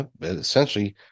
essentially